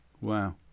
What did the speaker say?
Wow